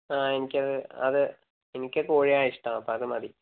ആ എനിക്ക് അത് അത് എനിക്ക് കൂഴയാണ് ഇഷ്ടം അപ്പം അത് മതി